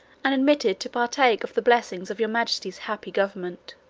and admitted to partake of the blessings of your majesty's happy government